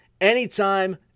anytime